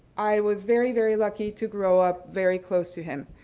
i was very, very lucky to grow up very close to him.